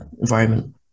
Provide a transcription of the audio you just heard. environment